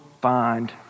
find